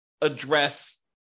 address